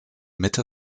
mitte